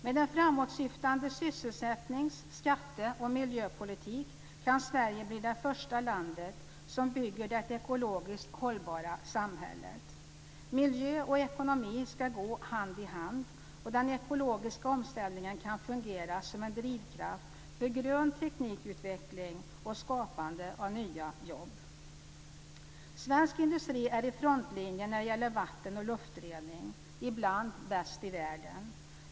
Med en framåtsyftande sysselsättnings-, skatte och miljöpolitik kan Sverige bli det första landet som bygger det ekologiskt hållbara samhället. Miljö och ekonomi ska gå hand i hand, och den ekologiska omställningen kan fungera som drivkraft för grön teknikutveckling och skapandet av nya jobb. Svensk industri är i frontlinjen när det gäller vatten och luftrening, ibland bäst i världen!